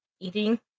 eating